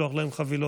לשלוח להם חבילות,